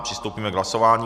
Přistoupíme k hlasování.